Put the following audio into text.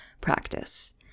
practice